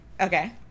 Okay